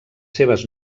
seves